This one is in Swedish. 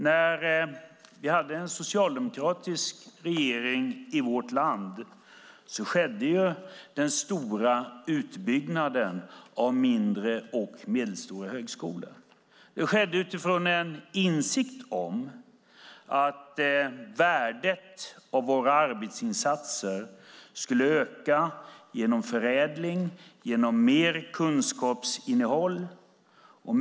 När vi hade en socialdemokratisk regering i vårt land skedde den stora utbyggnaden av mindre och medelstora högskolor. Den skedde utifrån en insikt om att värdet av våra arbetsinsatser skulle öka genom förädling och genom mer kunskapsinnehåll.